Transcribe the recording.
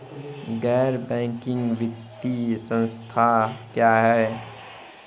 गैर बैंकिंग वित्तीय संस्था क्या है?